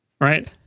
Right